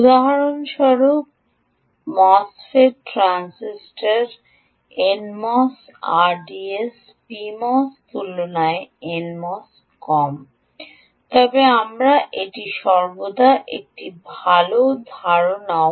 উদাহরণস্বরূপ মসফেটটি ট্রানজিস্টারে এনএমএসের আরডিএস পিএমওসের তুলনায় এনএমওস কম তবে আমরা এটি সর্বদা একটি ভাল ধারণাও